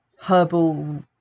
herbal